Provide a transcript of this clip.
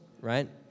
right